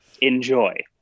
Enjoy